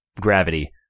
gravity